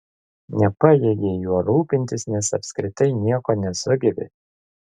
nepajėgei juo rūpintis nes apskritai nieko nesugebi